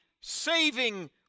saving